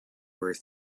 were